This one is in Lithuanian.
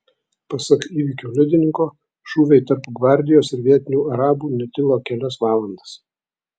pasak įvykių liudininko šūviai tarp gvardijos ir vietinių arabų netilo kelias valandas